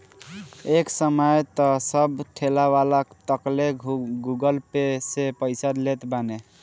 एक समय तअ सब ठेलावाला तकले गूगल पे से पईसा लेत बाने